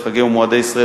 חגי ומועדי ישראל,